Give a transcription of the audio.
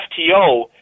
FTO